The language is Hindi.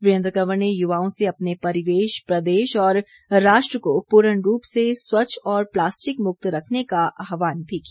वीरेंद्र कंवर ने युवाओं से अपने परिवेश प्रदेश और राष्ट्र को पूर्ण रूप से स्वच्छ और प्लास्टिक मुक्त रखने का आह्वान भी किया